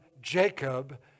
Jacob